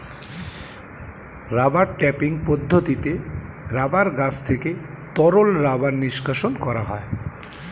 rubber tapping পদ্ধতিতে rubber গাছ থেকে তরল রাবার নিষ্কাশণ করা হয়